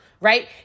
right